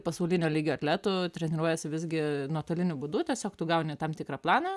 pasaulinio lygio atletų treniruojasi visgi nuotoliniu būdu tiesiog tu gauni tam tikrą planą